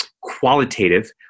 qualitative